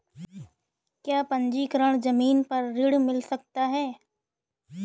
क्या पंजीकरण ज़मीन पर ऋण मिल सकता है?